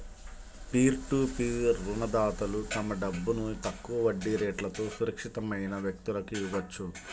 peer to peer రుణదాతలు తమ డబ్బును తక్కువ వడ్డీ రేట్లతో సురక్షితమైన వ్యక్తులకు ఇవ్వొచ్చు